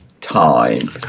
time